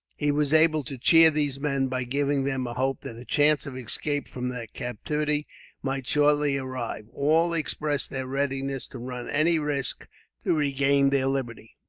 he was able to cheer these men, by giving them a hope that a chance of escape from their captivity might shortly arrive. all expressed their readiness to run any risk to regain their liberty.